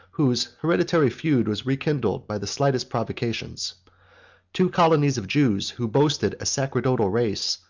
whose hereditary feud was rekindled by the slightest provocations two colonies of jews, who boasted a sacerdotal race,